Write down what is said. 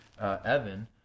Evan